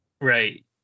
Right